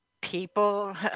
people